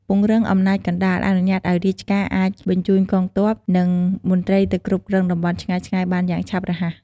ពង្រឹងអំណាចកណ្ដាល អនុញ្ញាតឲ្យរាជការអាចបញ្ជូនកងទ័ព និងមន្ត្រីទៅគ្រប់គ្រងតំបន់ឆ្ងាយៗបានយ៉ាងឆាប់រហ័ស។